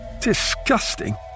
Disgusting